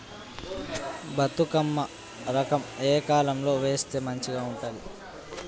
బతుకమ్మ రకం ఏ కాలం లో వేస్తే మంచిగా ఉంటది?